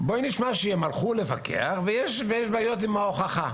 הלכו לפקח היו בעיות עם ההוכחה.